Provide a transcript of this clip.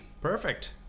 Perfect